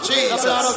Jesus